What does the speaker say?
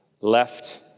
left